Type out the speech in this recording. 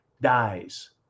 dies